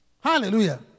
Hallelujah